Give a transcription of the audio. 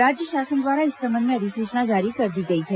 राज्य शासन द्वारा इस संबंध में अधिसूचना जारी कर दी गई है